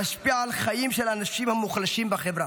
להשפיע על חיים של האנשים המוחלשים בחברה?